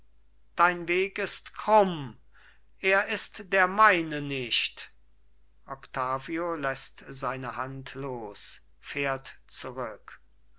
dein weg ist krumm er ist der meine nicht octavio läßt seine hand los fährt zurück